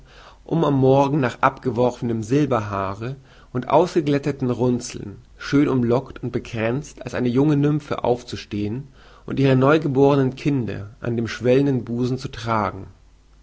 um am morgen nach abgeworfenem silberhaare und ausgeglätteten runzeln schön umlockt und bekränzt als eine junge nymphe aufzustehen und ihre neugebornen kinder an dem schwellenden busen zu tragen